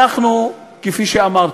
אנחנו, כפי שאמרתי,